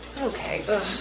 Okay